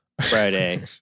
Friday